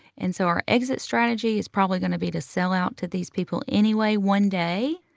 and so our exit strategy is probably going to be to sell out to these people anyway one day.